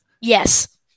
Yes